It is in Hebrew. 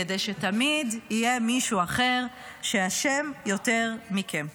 כדי שתמיד יהיה מישהו אחר שאשם יותר מכם.